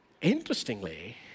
Interestingly